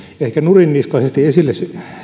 ehkä nurinniskaisesti esille